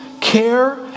care